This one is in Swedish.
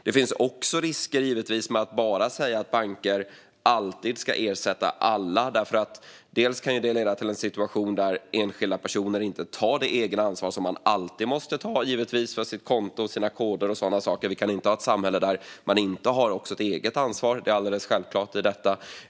Det finns också risker med att bara säga att banker alltid ska ersätta alla. Det kan leda till en situation där enskilda personer inte tar det ansvar som man alltid måste ta för sitt konto, sina koder och så vidare. Vi kan inte ha ett samhälle där man inte har ett eget ansvar. Det är självklart.